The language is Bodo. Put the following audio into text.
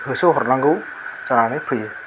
होसो हरनांगौ जानानै फैयो